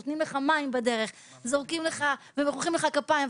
נותנים לך מים בדרך ומוחאים לך כפיים,